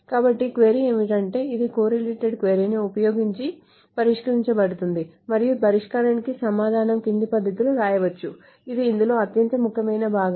కాబట్టి క్వరీ ఏమిటంటే ఇది కొర్రీలేటెడ్ క్వరీ ను ఉపయోగించి పరిష్కరించ బడుతుంది మరియు ఈ పరిష్కారానికి సమాధానం క్రింది పద్ధతిలో వ్రాయవచ్చు ఇది ఇందులో అత్యంత ముఖ్యమైన భాగం